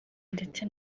ndetse